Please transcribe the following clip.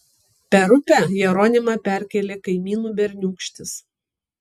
per upę jeronimą perkėlė kaimynų berniūkštis